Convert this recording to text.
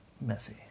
messy